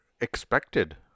expected